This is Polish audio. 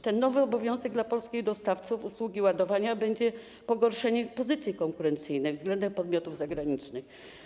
Ten nowy obowiązek dla polskich dostawców usługi ładowania będzie pogorszeniem ich pozycji konkurencyjnej względem podmiotów zagranicznych.